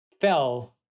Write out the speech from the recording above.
fell